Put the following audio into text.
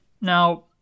Now